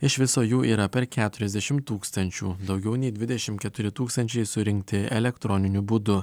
iš viso jų yra per keturiasdešim tūkstančių daugiau nei dvidešim keturi tūkstančiai surinkti elektroniniu būdu